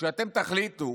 כשאתם תחליטו